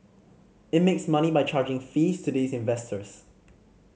it makes money by charging fees to these investors